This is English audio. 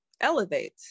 elevate